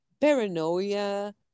paranoia